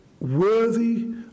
worthy